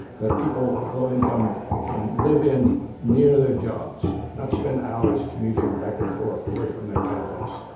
that people of low income can live in near their jobs, not spend hours commuting back and forth, away from their families.